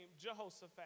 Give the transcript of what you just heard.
Jehoshaphat